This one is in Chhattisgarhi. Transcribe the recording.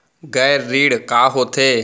गैर ऋण का होथे?